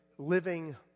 Living